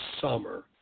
summer